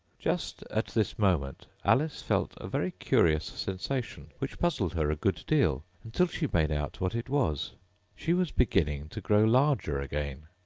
just at this moment alice felt a very curious sensation, which puzzled her a good deal until she made out what it was she was beginning to grow larger again,